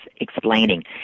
explaining